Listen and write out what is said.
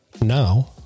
Now